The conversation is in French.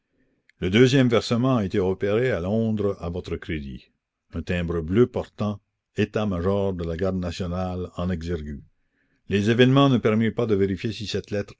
le deuxième versement a été opéré à londres à votre crédit un timbre bleu portant état-major de la garde nationale en exergue les événements ne permirent pas de vérifier si cette lettre